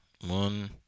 One